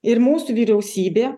ir mūsų vyriausybė